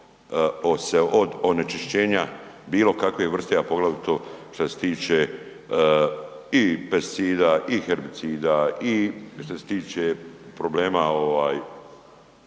od onečišćenja bilokakve vrste a poglavito što se tiče i pesticida i herbicida i što se tiče problema